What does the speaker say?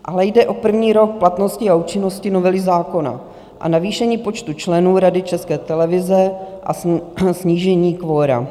Ale jde o první rok platnosti a účinnosti novely zákona a navýšení počtu členů Rady České televize a snížení kvora.